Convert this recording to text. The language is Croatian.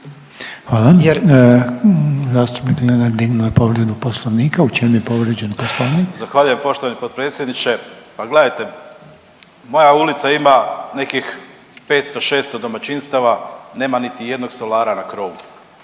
Hvala. Zastupnik Lenart dignuo je povredu Poslovnika? U čem je povrijeđen Poslovnik? **Lenart, Željko (HSS)** Zahvaljujem poštovani potpredsjedniče. Pa gledajte moja ulica ima nekih 500, 600 domaćinstava nema niti jednog solara na krovu.